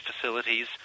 facilities